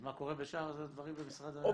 אז מה קורה בשאר הדברים במשרד?